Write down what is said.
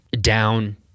down